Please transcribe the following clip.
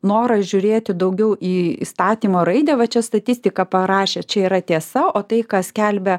noras žiūrėti daugiau į įstatymo raidę va čia statistika parašė čia yra tiesa o tai ką skelbia